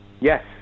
Yes